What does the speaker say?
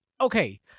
okay